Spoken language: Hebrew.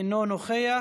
אינו נוכח.